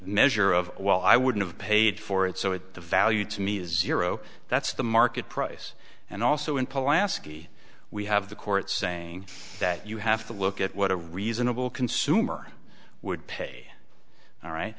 measure of well i wouldn't have paid for it so if the value to me is zero that's the market price and also in pl ascii we have the courts saying that you have to look at what a reasonable consumer would pay all right